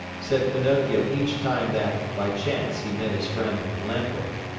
said pinocchio each time that, by chance, he met his friend lamp-wick.